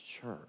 church